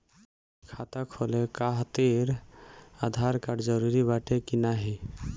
खाता खोले काहतिर आधार कार्ड जरूरी बाटे कि नाहीं?